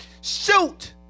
Shoot